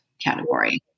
category